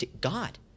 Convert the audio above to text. God